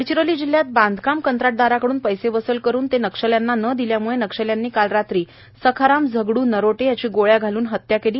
गडचिरोली जिल्ह्यात बांधकाम कंत्राटदाराकडून पैसे वसूल करुन ते नक्षल्यांना न दिल्याम्ळे नक्षल्यांनी काल रात्री सखाराम झगडू नरोटे याची गोळ्या झाडून हत्या केली